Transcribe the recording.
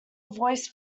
voice